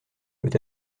peut